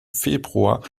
februar